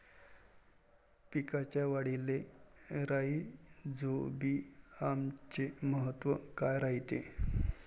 पिकाच्या वाढीले राईझोबीआमचे महत्व काय रायते?